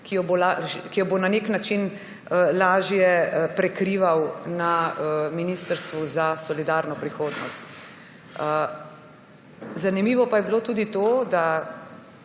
ki ga bo na nek način lažje prekrival na ministrstvu za solidarno prihodnost. Zanimivo je bilo tudi to, to